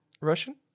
russian